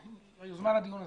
היוזמה לדיון הזה.